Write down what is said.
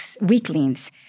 weaklings